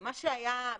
מה שהיה מיידי,